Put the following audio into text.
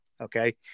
Okay